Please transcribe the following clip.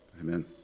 Amen